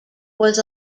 was